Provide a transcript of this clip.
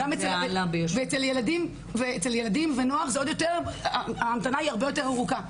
אצל ילדים ונוער ההמתנה היא הרבה יותר ארוכה,